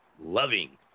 loving